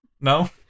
No